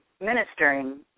ministering